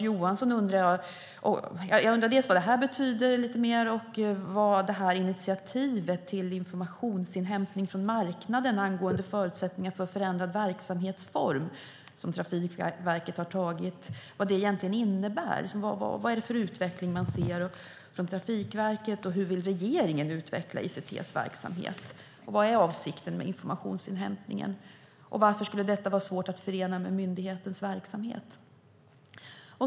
Jag undrar dels vad det här betyder lite mer, dels vad initiativet till informationsinhämtning från marknaden angående förutsättningar för förändrad verksamhetsform, som Trafikverket har tagit, egentligen innebär. Vad är det för utveckling man ser från Trafikverket, och hur vill regeringen utveckla ICT:s verksamhet? Vad är avsikten med informationsinhämtningen? Och varför skulle den vara svår att förena med myndighetens verksamhet?